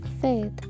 faith